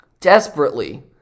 desperately